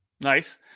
Nice